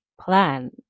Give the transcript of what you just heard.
plan